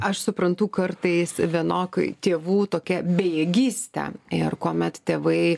aš suprantu kartais vienok tėvų tokia bejėgystę ir kuomet tėvai